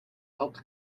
helped